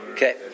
Okay